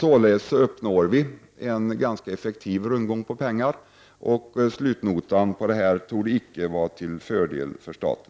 Således uppnår vi en ganska effektiv rundgång på pengar. Slutnotan torde icke vara till fördel för staten.